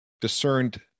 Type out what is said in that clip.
discerned